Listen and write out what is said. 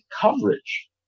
coverage